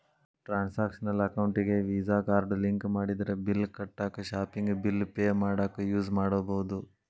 transactional ಅಕೌಂಟಿಗಿ visa card link ಮಾಡಿದ್ರ bill ಕಟ್ಟಾಕ ಶಾಪಿಂಗ್ ಬಿಲ್ ಪೆ ಮಾಡಾಕ ಯೂಸ್ ಮಾಡಬೋದು